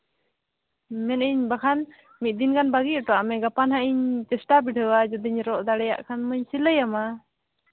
ᱢᱮᱱᱮᱫ ᱟᱹᱧ ᱵᱟᱠᱷᱟᱱ ᱢᱤᱫ ᱫᱤᱱ ᱜᱟᱱ ᱵᱟᱹᱜᱤ ᱦᱚᱴᱚᱣᱟᱜ ᱢᱮ ᱜᱟᱯᱟ ᱱᱟᱦᱟᱸᱜ ᱤᱧ ᱪᱮᱥᱴᱟ ᱵᱤᱰᱟᱹᱣᱟ ᱡᱩᱫᱤᱧ ᱨᱚᱜ ᱫᱟᱲᱮᱭᱟᱜ ᱠᱷᱟᱱ ᱢᱟᱧ ᱥᱤᱞᱟᱹᱭ ᱟᱢᱟ